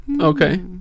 Okay